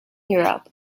europe